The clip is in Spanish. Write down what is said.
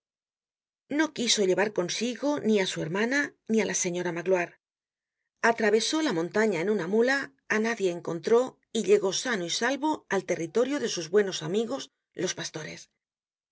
no quiso llevar consigo ni á su hermana ni á la señora magloire atravesó la montaña en una muía á nadie encontró y llegó sano y salvo al territorio de sus buenos amigos los